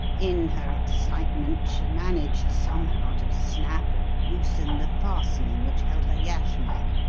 in her excitement she managed, somehow, to snap or loosen the fastening which held her yashmak,